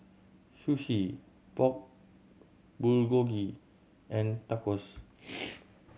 Sushi Pork Bulgogi and Tacos